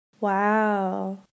Wow